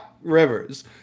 Rivers